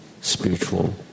spiritual